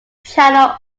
channel